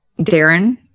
darren